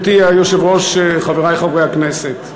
גברתי היושבת-ראש, חברי חברי הכנסת,